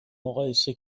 مقایسه